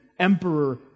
emperor